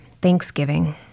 Thanksgiving